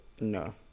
No